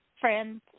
friends